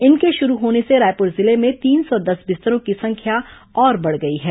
इनके शुरू होने से रायपुर जिले में तीन सौ दस बिस्तरों की संख्या और बढ़ गई है